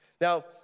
Now